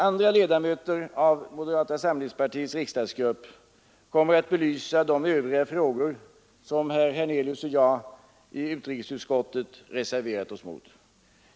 Andra ledamöter av moderata samlingspartiets riksdagsgrupp kommer att belysa de övriga frågor där herr Hernelius och jag reserverat oss i utskottet.